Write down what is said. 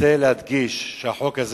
החוק.